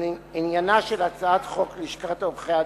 עניינה של הצעת חוק לשכת עורכי-הדין,